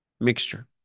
mixture